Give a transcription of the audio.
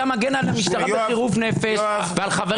יואב, אתה מגן על המשטרה בחירוף נפש ועל חבריך.